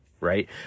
Right